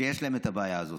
שיש להם את הבעיה הזאת.